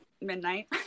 midnight